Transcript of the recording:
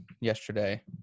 yesterday